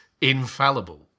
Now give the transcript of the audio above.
infallible